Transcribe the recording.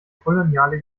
koloniale